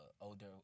older